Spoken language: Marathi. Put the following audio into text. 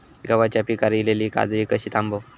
गव्हाच्या पिकार इलीली काजळी कशी थांबव?